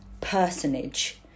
personage